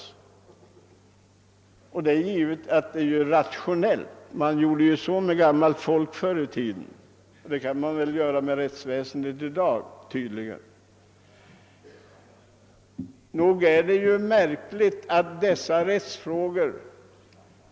Det kan naturligtvis sägas vara rationellt. Så gjorde man förr i tiden med gammalt folk, och rättsväsendet gör det tydligen även i dag.